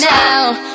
now